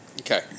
Okay